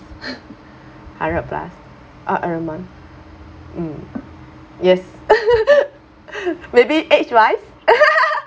hundred plus uh every month mm yes maybe age wise